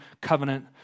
covenant